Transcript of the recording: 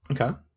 Okay